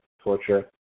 torture